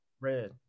Red